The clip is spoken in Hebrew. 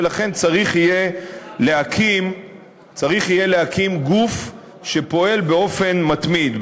ולכן צריך יהיה להקים גוף שפועל באופן מתמיד.